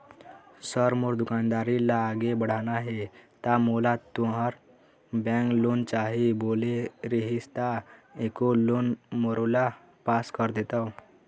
Sir मोर दुकानदारी ला आगे बढ़ाना हे ता मोला तुंहर बैंक लोन चाही बोले रीहिस ता एको लोन मोरोला पास कर देतव?